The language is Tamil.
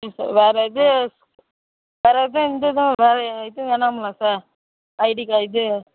சரிங்க சார் வேறு இது வேறு எதுவும் எந்த இதுவும் வேறு இது வேணாமா சார் ஐடி கார்ட் இது